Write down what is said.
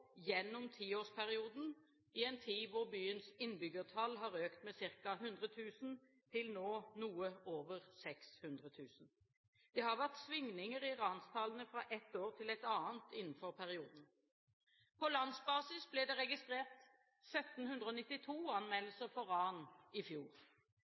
gjennom tiårsperioden i en tid da byens innbyggertall har økt med ca. 100 000 til nå noe over 600 000. Det har vært svingninger i ranstallene fra ett år til et annet innenfor perioden. På landsbasis ble det registrert 1 792 anmeldelser av ran i fjor.